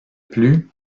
plus